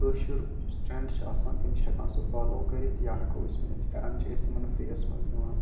کٲشُر یُس ٹرٛٮ۪نٛڈ چھِ آسان تِم چھِ ہٮ۪کان سُہ فالو کٔرِتھ یا ہٮ۪کو ؤنِتھ فٮ۪رَن چھِ أسۍ تِمَن فِرٛیٖیَس منٛز دِوان